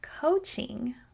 coaching